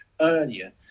earlier